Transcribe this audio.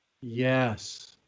Yes